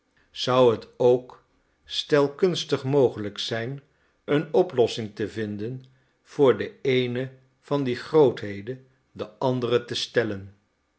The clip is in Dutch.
zou het ook stelkunstig mogelijk zijn een oplossing te vinden door voor de eene van die grootheden de andere te stellen